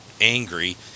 angry